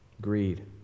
Greed